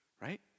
right